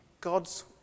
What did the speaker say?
God's